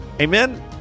Amen